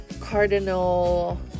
cardinal